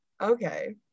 okay